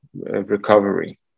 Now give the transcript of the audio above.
recovery